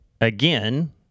Again